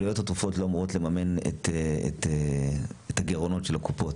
עלויות התרופות לא אמורות לממן את הגירעונות של הקופות.